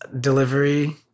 delivery